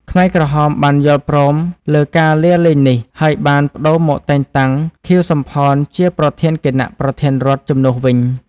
ខ្មែរក្រហមបានយល់ព្រមលើការលាលែងនេះ ហើយបានប្តូរមកតែងតាំង ខៀវ សំផន ជាប្រធានគណៈប្រធានរដ្ឋជំនួសវិញ។